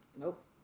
Nope